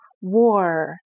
war